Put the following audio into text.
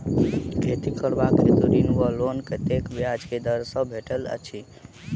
खेती करबाक हेतु ऋण वा लोन कतेक ब्याज केँ दर सँ भेटैत अछि?